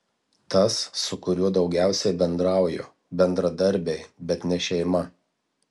tas su kuriuo daugiausiai bendrauju bendradarbiai bet ne šeima